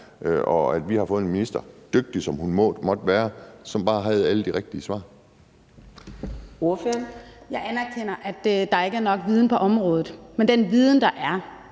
og at vi har fået en minister – hvor dygtig, hun end måtte være – som bare har alle de rigtige svar?